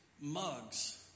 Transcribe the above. mugs